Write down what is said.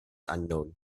unknown